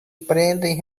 prendem